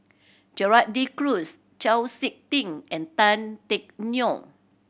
Gerald De Cruz Chau Sik Ting and Tan Teck Neo